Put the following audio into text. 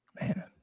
Man